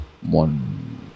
one